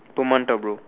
per month ah bro